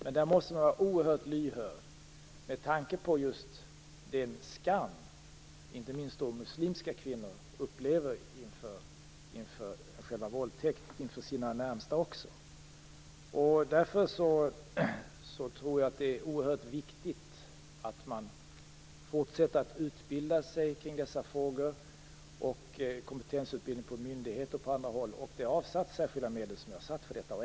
Men man måste vara oerhört lyhörd med tanke på den skam som inte minst muslimska kvinnor upplever inför själva våldtäkten, även inför sina närmaste. Därför tror jag att det är oerhört viktigt att man fortsätter att utbilda sig i dessa frågor. Det är viktigt med kompetensutbildning för myndigheter och på andra håll, och det har avsatts särskilda medel för detta.